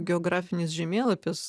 geografinis žemėlapis